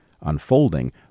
unfolding